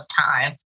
time